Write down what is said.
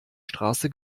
straße